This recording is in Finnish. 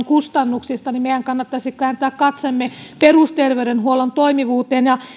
kustannuksista niin meidän kannattaisi kääntää katseemme perusterveydenhuollon toimivuuteen ja